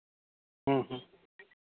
ᱦᱮᱸ ᱦᱮᱸ